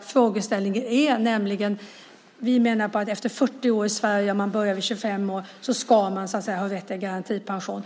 frågeställning ligger. Vi menar att efter 40 år i Sverige - om man börjar vid 25 år - så ska man ha rätt till garantipension.